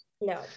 no